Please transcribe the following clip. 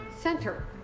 Center